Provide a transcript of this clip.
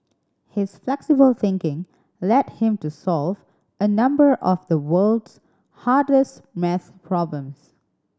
his flexible thinking led him to solve a number of the world's hardest maths problems